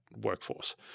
workforce